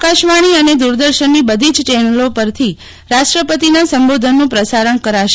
આકાશવાણી અને દૂરદર્શનની બધી જ ચેનલો પરથી રાષ્ટ્રપતિનાં સંબોધનનું પ્રસારણ કરાશે